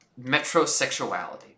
metrosexuality